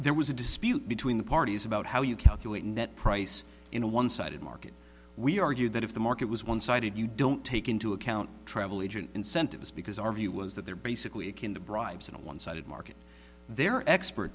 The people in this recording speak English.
there was a dispute between the parties about how you calculate net price in a one sided market we argued that if the market was one sided you don't take into account travel agent incentives because our view was that they're basically akin to bribes in a one sided market their expert